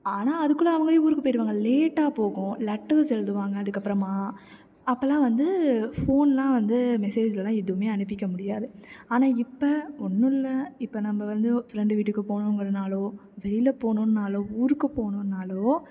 ஆனால் அதுக்குள்ளே அவங்களே ஊருக்குப் போய்ருவாங்க லேட்டாக போகும் லெட்டர்ஸ் எழுதுவாங்க அதுக்கப்புறமா அப்போல்லாம் வந்து ஃபோன்லாம் வந்து மெசேஜுலலாம் எதுவுமே அனுப்பிக்க முடியாது ஆனால் இப்போ ஒன்றும் இல்லை இப்போ நம்ம வந்து ஃபிரண்டு வீட்டுக்குப் போணும்கறதுனாலும் வெளியில் போகணும்னாலும் ஊருக்கு போகணும்னாலும்